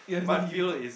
you have been using